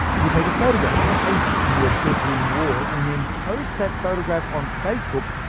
if you take a photograph of a painting on your bedroom wall, and then post that photograph on facebook,